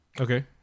Okay